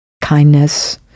kindness